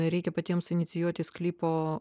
reikia patiems inicijuoti sklypo